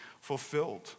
fulfilled